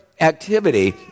activity